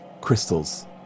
crystals